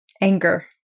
Anger